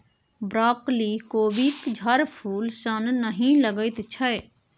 broccoli कोबीक झड़फूल सन नहि लगैत छै